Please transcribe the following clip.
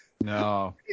No